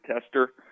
tester